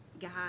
God